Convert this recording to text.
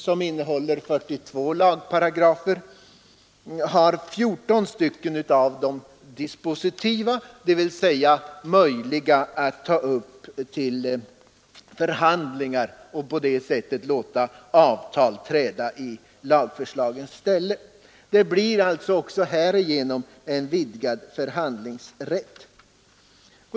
Det innehåller 42 lagparagrafer varav 14 stycken är dispositiva, dvs. möjliga att ta upp till förhandlingar och på det sättet låta avtal träda i lagparagrafernas ställe. Det blir alltså härigenom en vidgad förhandlingsrätt.